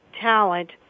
talent